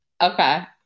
Okay